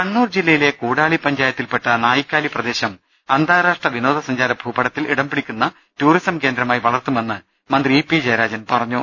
കണ്ണൂർ ജില്ലയിലെ കൂടാളി പഞ്ചായത്തിൽപ്പെട്ട നായിക്കാലി പ്രദേശം അന്താരാഷ്ട്ര വിനോദ സഞ്ചാര ഭൂപടത്തിൽ ഇടം പിടിക്കുന്ന ടൂറിസം കേന്ദ്രമായി വളർത്തുമെന്ന് മന്ത്രി ഈപി ജയരാജൻ പറഞ്ഞു